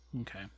Okay